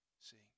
sing